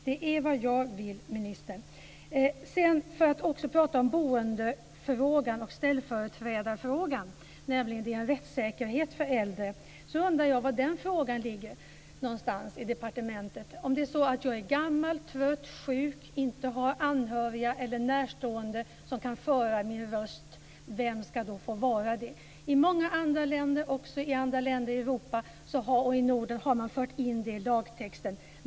Det är vad jag vill, ministern. Jag ska också tala om frågan om boende och ställföreträdare. Det är en rättssäkerhet för äldre. Jag undrar var den frågan ligger i departementet. Om jag är gammal, trött, sjuk och inte har anhöriga eller närstående som kan föra min talan, vem ska då göra det? I många andra länder, och också i andra länder i Europa och i Norden, har man fört in det i lagtexten.